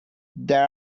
there